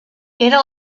era